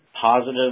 positive